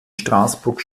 straßburg